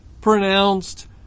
pronounced